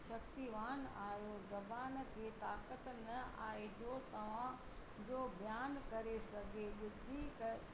शक्तिवान आहियो ज़बान खे ताक़त न आहे जो तव्हां जो बयान करे सघे बुध्दि क